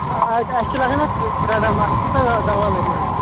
اَسہِ چھُ لَگَان اَتھ ترٛےٚ ڈرٛم اَتھ کُس حظ دَوا لَگہِ منٛزَٕ